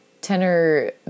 tenor